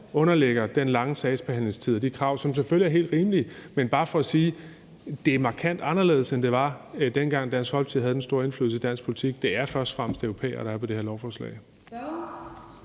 underlægger den lange sagsbehandlingstid og de krav, som selvfølgelig er helt rimelige. Det er bare for at sige, at det er markant anderledes, end dengang Dansk Folkeparti havde den store indflydelse på dansk politik. Det er først og fremmest europæere, der er på det her lovforslag.